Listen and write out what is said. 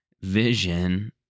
vision